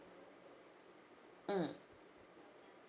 mm